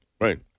Right